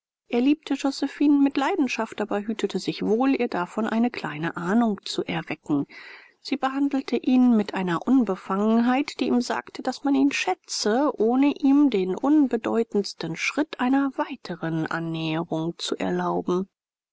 er liebte josephinen mit leidenschaft aber hütete sich wohl ihr davon eine kleine ahnung zu erwecken sie behandelte ihn mit einer unbefangenheit die ihm sagte daß man ihn schätze ohne ihm den unbedeutendsten schritt einer weiteren annäherung zu erlauben